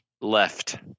Left